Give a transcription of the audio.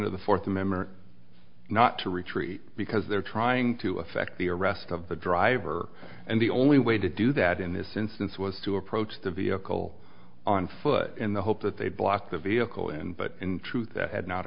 the fourth member not to retreat because they're trying to effect the arrest of the driver and the only way to do that in this instance was to approach the vehicle on foot in the hope that they block the vehicle and but in truth that had not